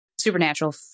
supernatural